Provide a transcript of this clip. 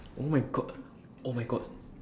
oh my god oh my god